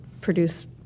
produce